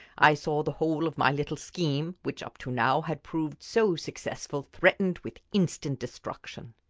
i saw the whole of my little scheme, which up to now had proved so successful, threatened with instant destruction.